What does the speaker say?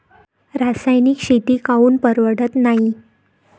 रासायनिक शेती काऊन परवडत नाई?